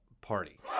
party